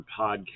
podcast